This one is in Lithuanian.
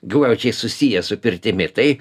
glaudžiai susiję su pirtimi tai